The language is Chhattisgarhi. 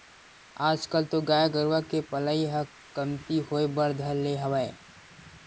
आजकल तो गाय गरुवा के पलई ह कमती होय बर धर ले हवय